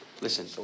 Listen